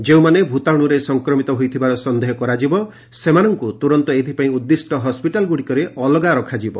ଯେଉଁମାନେ ଭୂତାଣୁରେ ସଂକ୍ରମିତ ହୋଇଥିବାର ସନ୍ଦେହ କରାଯିବ ସେମାନଙ୍କୁ ତ୍ରର୍ନ୍ତ ଏଥିପାଇଁ ଉଦ୍ଦିଷ୍ଟ ହସ୍କିଟାଲ୍ଗୁଡ଼ିକରେ ଅଲଗା ରଖାଯିବ